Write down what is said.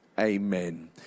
amen